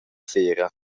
sera